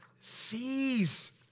seize